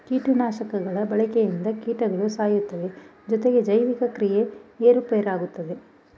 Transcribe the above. ಕೀಟನಾಶಕಗಳ ಬಳಕೆಯಿಂದ ಕೀಟಗಳು ಸಾಯ್ತವೆ ಜೊತೆಗೆ ಜೈವಿಕ ಕ್ರಿಯೆ ಏರುಪೇರಾಗುತ್ತದೆ